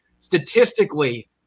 Statistically